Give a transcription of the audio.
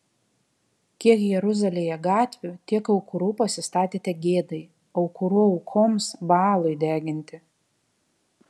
kiek jeruzalėje gatvių tiek aukurų pasistatėte gėdai aukurų aukoms baalui deginti